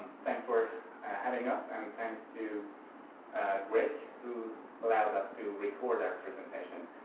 thanks for having us, and thanks to rick who allowed us to record our presentation,